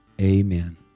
Amen